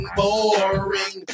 boring